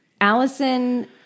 Allison